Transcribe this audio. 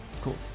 Cool